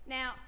now